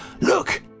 Look